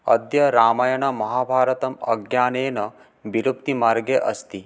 अद्य रामायणमहाभारतम् अज्ञानेन विरुक्तिमार्गे अस्ति